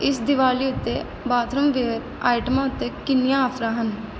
ਇਸ ਦੀਵਾਲੀ ਉੱਤੇ ਬਾਥਰੂਮਵੇਅਰ ਆਈਟਮਾਂ ਉੱਤੇ ਕਿੰਨੀਆਂ ਆਫਰਾਂ ਹਨ